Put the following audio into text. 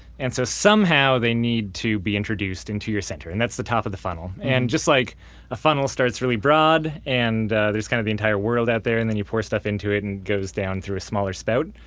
and so somehow they need to be introduced into your center and that's the top of the funnel. and just like a funnel starts really broad and there's kind of the entire world out there and then you pour stuff into it and it goes down through a smaller spout.